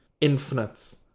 infinite